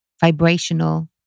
vibrational